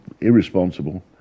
irresponsible